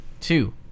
two